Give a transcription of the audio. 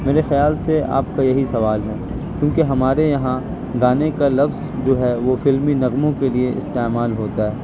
میرے خیال سے آپ کا یہی سوال ہے کیونکہ ہمارے یہاں گانے کا لفظ جو ہے وہ فلمی نغموں کے لیے استعمال ہوتا ہے